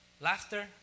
laughter